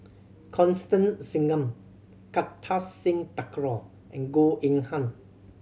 Constance Singam Kartar Singh Thakral and Goh Eng Han